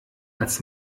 als